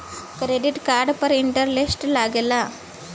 Credit card पर interest लागेला?